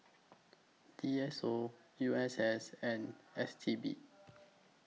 D S O U S S and S T B